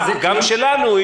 גם שלנו,